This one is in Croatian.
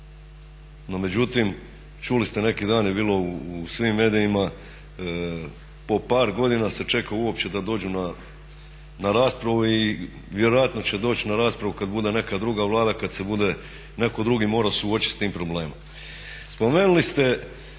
međutim, čuli ste, neki dan je bilo u svim medijima po par godina se čeka uopće da dođu na raspravu i vjerojatno će doći na raspravu kada bude neka druga Vlada, kada se bude netko drugi morao suočiti sa tim problemom.